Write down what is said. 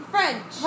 French